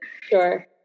Sure